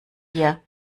wir